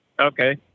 Okay